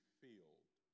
filled